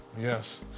Yes